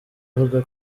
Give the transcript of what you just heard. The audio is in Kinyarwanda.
uvuga